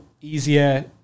easier